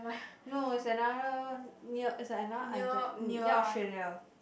no it's another near it's another island near Australia